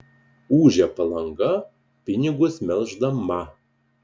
ūžia palanga pinigus melždama